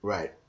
Right